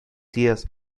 días